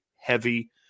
heavy